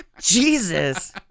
jesus